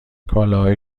کالاهای